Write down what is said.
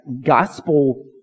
gospel